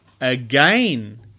Again